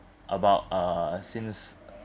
about uh since